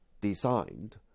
designed